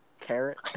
Carrot